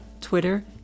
twitter